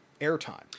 airtime